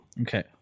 okay